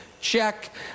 Check